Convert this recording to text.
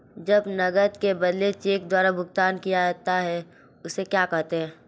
जब नकद के बदले चेक द्वारा भुगतान किया जाता हैं उसे क्या कहते है?